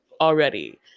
already